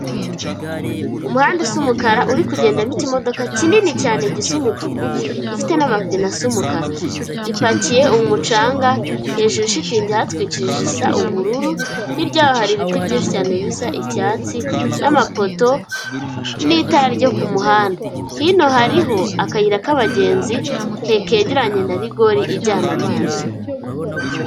Umuhanda usa umukara uri kugendamo ikimodoka kinini cyane gisa umutuku, ifite n'amapine asa umukara gipakiye umucanga, hejuru shitingi ihatwikije isa ubururu, hirya ya ho hari ibiti byinshi cyane bisa icyatsi, n'amapoto n'itara ryo kumuhanda. Hino hariho akayira k'abagenzi kegeranye na rigori ijyana amazi.